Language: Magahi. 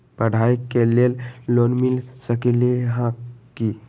पढाई के लेल लोन मिल सकलई ह की?